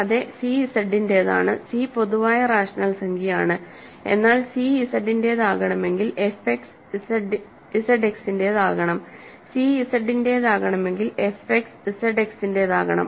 കൂടാതെ സി ഇസഡിന്റേതാണ് സി പൊതുവായ റാഷണൽ സംഖ്യയാണ് എന്നാൽ സി ഇസഡിന്റേതാകണമെങ്കിൽ എഫ് എക്സ് ഇസഡ്എക്സിന്റേതാകണം സി ഇസഡിന്റേതാകണമെങ്കിൽ എഫ് എക്സ് ഇസഡ്എക്സിന്റേതാകണം